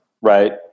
right